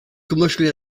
commercially